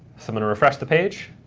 so i'm going to refresh the page,